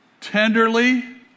tenderly